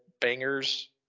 bangers